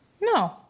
No